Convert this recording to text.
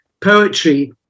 poetry